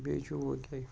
بیٚیہِ چھُوٕ تۄہہِ